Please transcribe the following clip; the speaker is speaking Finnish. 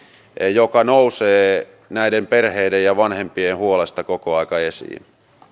joka nousee perheiden ja vanhempien huolista koko ajan esiin